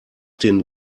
den